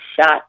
shot